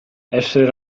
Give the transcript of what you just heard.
essere